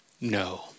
no